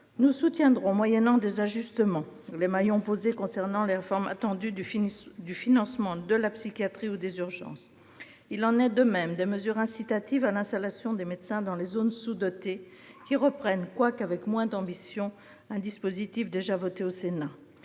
nous soutiendrons, moyennant des ajustements, les maillons posés concernant les réformes attendues du financement de la psychiatrie ou des urgences. Il en est de même des mesures incitatives à l'installation des médecins dans les zones sous-dotées qui reprennent, quoiqu'avec moins d'ambition, un dispositif déjà voté au Sénat.